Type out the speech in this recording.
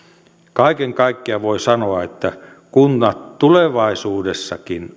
kaiken kaikkiaan voi sanoa että kunnat tulevaisuudessakin